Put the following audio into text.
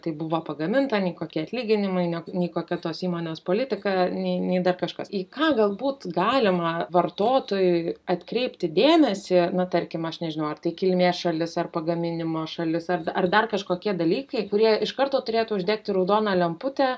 tai buvo pagaminta nei kokie atlyginimai nei kokia tos įmonės politika nei nei dar kažkas į ką galbūt galima vartotojui atkreipti dėmesį na tarkim aš nežinau ar tai kilmės šalis ar pagaminimo šalis ar ar dar kažkokie dalykai kurie iš karto turėtų uždegti raudoną lemputę